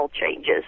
changes